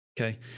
Okay